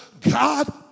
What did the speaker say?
God